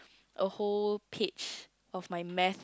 a whole page of my Math